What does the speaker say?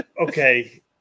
Okay